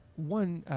one.